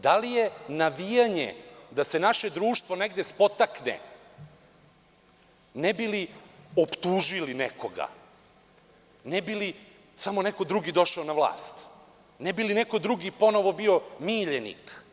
Da li je navijanje da se naše društvo negde spotakne ne bi li optužili nekoga, ne bi li samo neko drugi došao na vlast, ne bi li neko drugi ponovo bio miljenik?